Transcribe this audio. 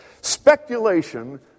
Speculation